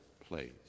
place